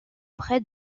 près